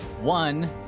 One